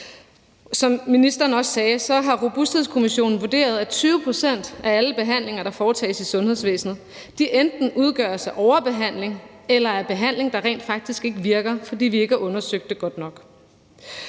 Som ministeren også sagde, har Robusthedskommissionen vurderet, at 20 pct. af alle behandlinger, der foretages i sundhedsvæsenet, enten udgøres af overbehandling, eller at det er behandling, der rent faktisk ikke virker, fordi vi ikke har undersøgt det godt nok.